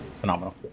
phenomenal